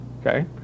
okay